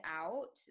out